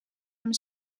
hem